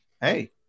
hey